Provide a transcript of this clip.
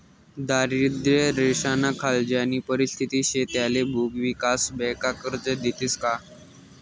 दारिद्र्य रेषानाखाल ज्यानी परिस्थिती शे त्याले भुविकास बँका कर्ज देतीस का?